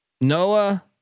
Noah